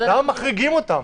למה מחריגים אותם?